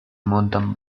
mountain